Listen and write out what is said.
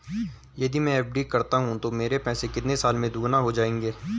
यदि मैं एफ.डी करता हूँ तो मेरे पैसे कितने साल में दोगुना हो जाएँगे?